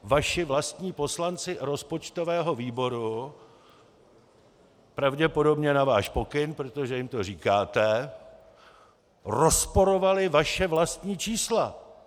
Vaši vlastní poslanci rozpočtového výboru, pravděpodobně na váš pokyn, protože jim to říkáte, rozporovali vaše vlastní čísla!